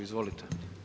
Izvolite.